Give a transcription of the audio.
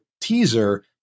teaser